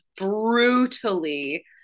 brutally